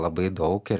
labai daug ir